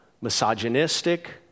misogynistic